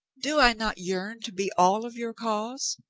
do i not yearn to be all of your cause?